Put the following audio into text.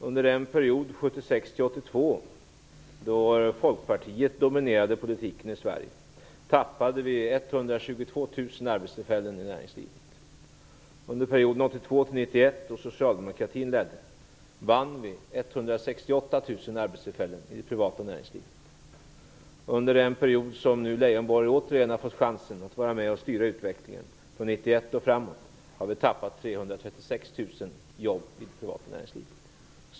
Under den period, 1976--1982, då Folkpartiet dominerade politiken i Sverige tappade vi 122 000 1982--1991, då socialdemokratin hade makten, vann vi 168 000 arbetstillfällen i det privata näringslivet. Under den period då Leijonborg återigen har fått chansen att vara med och styra utvecklingen, från 1991 och framåt, har vi tappat 336 000 jobb i det privata näringslivet.